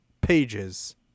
Pages